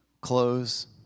clothes